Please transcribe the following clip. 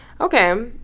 Okay